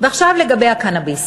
ועכשיו לגבי הקנאביס.